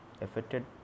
affected